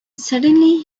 suddenly